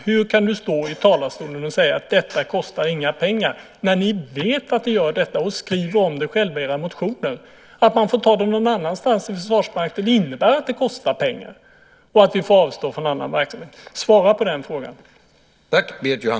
Hur kan du stå i talarstolen och säga att detta inte kostar några pengar när ni vet att det gör det och skriver om det själva i era motioner? Att pengarna måste tas någon annanstans i Försvarsmakten innebär att det kostar pengar och att vi får avstå från annan verksamhet. Svara på den frågan.